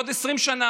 בעוד 20 שנה?